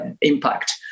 impact